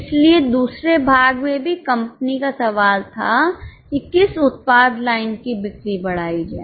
इसलिए दूसरे भाग में भी कंपनी का सवाल था कि किस उत्पाद लाइन की बिक्री बढ़ाई जाए